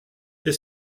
est